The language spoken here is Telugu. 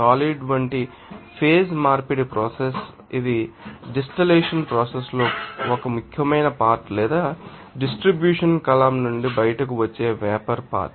సాలిడ్ అటువంటి ఫేజ్ మార్పిడిప్రోసెస్ ఇది డిస్టిల్లషన్ ప్రోసెస్ లో ఒక ముఖ్యమైన పార్ట్ లేదా డిస్ట్రిబ్యూషన్ కలామ్ నుండి బయటకు వచ్చే వేపర్ పార్ట్